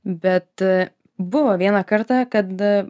bet buvo vieną kartą kad